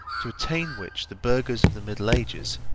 to attain which the burghers of the middle ages,